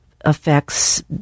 affects